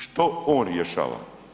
Što on rješava?